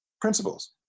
principles